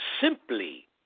simply